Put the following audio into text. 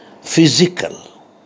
physical